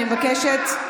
אני מבקשת.